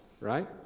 right